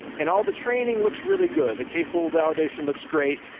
and all the training looks really good. the k-fold validation looks great.